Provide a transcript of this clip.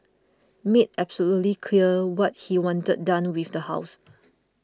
made absolutely clear what he wanted done with the house